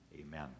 Amen